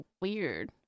weird